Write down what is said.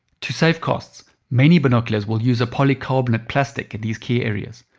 to save costs many binoculars will use a polycarbonate plastic in these key areas,